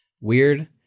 weird